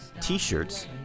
T-shirts